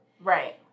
Right